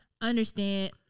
understand